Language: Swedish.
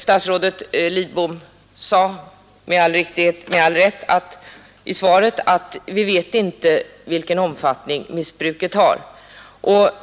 Statsrådet Lidbom sade med all rätt i svaret att vi inte vet vilken omfattning missbruket har.